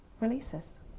releases